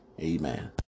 Amen